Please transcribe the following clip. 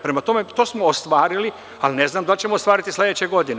Prema tome, to smo ostarili, ali ne znam da li ćemo ostvariti sledeće godine.